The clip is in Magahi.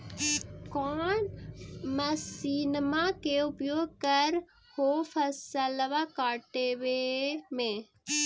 कौन मसिंनमा के उपयोग कर हो फसलबा काटबे में?